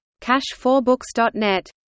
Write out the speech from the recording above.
cash4books.net